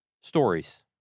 stories